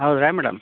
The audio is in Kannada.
ಹೌದಾ ಮೇಡಮ್